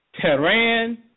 Tehran